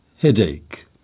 headache